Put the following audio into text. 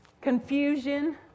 confusion